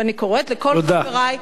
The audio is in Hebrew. ואני קוראת לכל חברי,